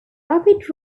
rapid